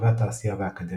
ברחבי התעשייה והאקדמיה.